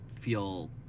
feel